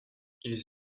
ils